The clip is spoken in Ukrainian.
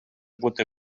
бути